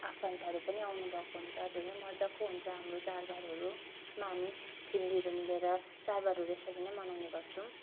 आफन्तहरू पनि आउनु भएको हुन्छ धेरै मजाको हुन्छ हाम्रो चाडबाडहरू जसमा हामी फ्यामिलीहरू मिलेर चाडबाडहरू यसरी नै मनाउने गर्छौँ